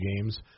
games